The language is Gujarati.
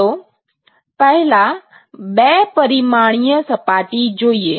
ચાલો પહેલા બે પરિમાણીય સપાટી જોઈએ